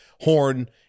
Horn –